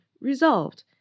resolved